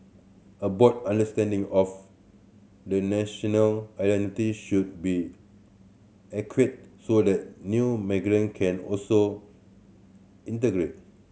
a broad understanding of the national identity should be so that new migrant can also integrate